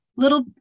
Little